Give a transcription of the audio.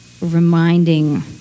reminding